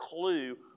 clue